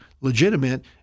legitimate